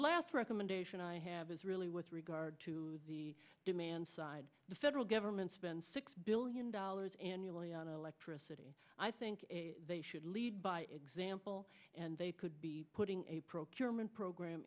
last recommendation i have is really with regard to the demand side the federal government spends six billion dollars annually on electricity i think they should lead by example and they could be putting a procurement program